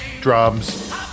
drums